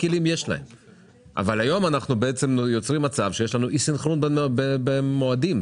היום אנחנו יוצרים מצב שיש אי-סנכרון בין מועדים,